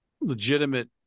legitimate